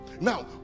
now